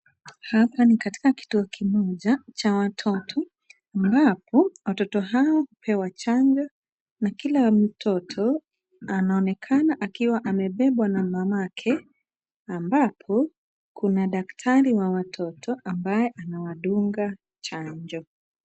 Hapa ni katika kituo kimoja cha watoto ambapo, watoto hao hupewa chanjo na kila mtoto anaonekana akiwa amebebwa na mamake ambapo kuna daktari wa watoto ambaye anawadunga chanjo.